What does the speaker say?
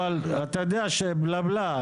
אבל אתה יודע שזה בלה בלה.